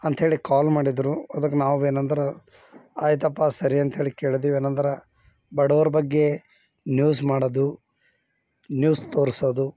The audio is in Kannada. ಅಂತಹೇಳಿ ಕಾಲ್ ಮಾಡಿದ್ರು ಅದಕ್ಕೆ ನಾವೇನಂದ್ರೆ ಆಯ್ತಪ್ಪ ಸರಿ ಅಂತಹೇಳಿ ಕೇಳಿದ್ವಿ ಏನೆಂದ್ರೆ ಬಡವರ ಬಗ್ಗೆ ನ್ಯೂಸ್ ಮಾಡೋದು ನ್ಯೂಸ್ ತೋರಿಸೋದು